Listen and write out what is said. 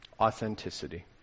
authenticity